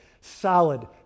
solid